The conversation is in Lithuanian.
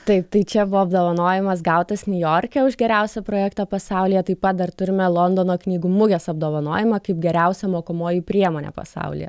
taip tai čia buvo apdovanojimas gautas niujorke už geriausią projektą pasaulyje taip pat dar turime londono knygų mugės apdovanojimą kaip geriausia mokomoji priemonė pasaulyje